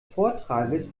vortrages